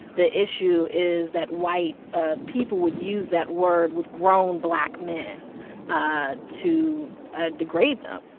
the issue is that white ah people would use that word with grown black men ah to ah degrade them,